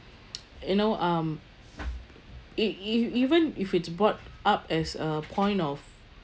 you know um e~ e~ even if it's brought up as a point of